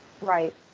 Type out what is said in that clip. Right